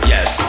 Yes